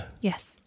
Yes